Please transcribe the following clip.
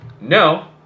No